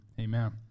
Amen